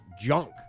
junk